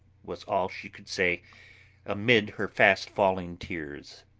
was all she could say amid her fast-falling tears,